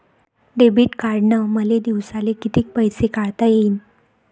Debit कार्डनं मले दिवसाले कितीक पैसे काढता येईन?